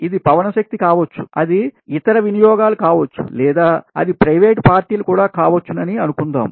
ఇదిపవన శక్తి కావచ్చు అది ఇతర వినియోగాలు కావచ్చు లేదా అది ప్రైవేట్ పార్టీలు కూడా కావచ్చునని అనుకుందాం